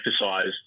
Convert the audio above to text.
emphasised